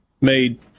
Made